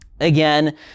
again